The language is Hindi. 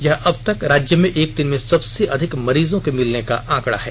यह अबतक राज्य में एक दिन में सबसे अधिक मरीजों के मिलने का आंकड़ा है